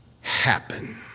happen